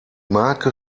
marke